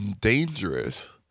dangerous